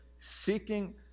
seeking